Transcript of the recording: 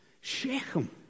Shechem